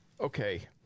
Okay